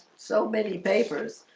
so many papers